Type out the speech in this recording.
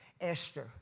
Esther